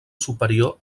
superior